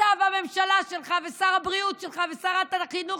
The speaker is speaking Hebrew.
אתה והממשלה שלך ושר הבריאות שלך ושרת החינוך,